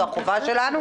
זה החובה שלנו,